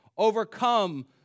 overcome